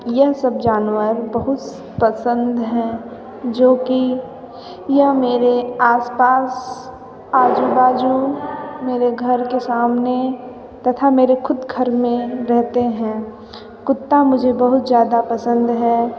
यह सब जानवर बहुत पसंद हैं जो कि यह मेरे आसपास आजू बाजू मेरे घर के सामने तथा मेरे ख़ुद घर में रहते हैं कुत्ता मुझे बहुत ज़्यादा पसंद है